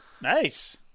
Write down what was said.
Nice